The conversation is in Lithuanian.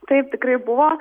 taip tikrai buvo